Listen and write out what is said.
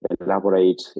elaborate